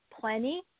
plenty